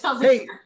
Hey